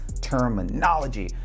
terminology